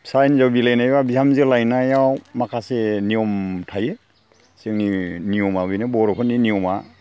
फिसा हिनजाव बिलाइनाय एबा बिहामजो लायनायाव माखासे नियम थायो जोंनि नियमआ बेनो बर'फोरनि नियमा